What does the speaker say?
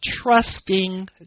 trusting